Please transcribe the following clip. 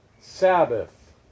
Sabbath